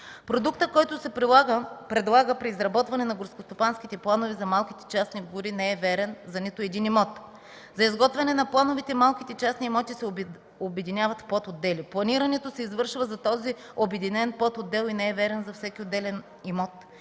Продуктът, който се предлага при изработване на горскостопанските планове за малките частни гори, не е верен за нито един имот. За изготвяне на плановете малките частни имоти се обединяват в подотдели. Планирането се извършва за този обединен подотдел и не е верен за всеки отделен имот.